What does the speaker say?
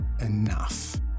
enough